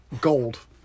gold